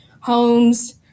homes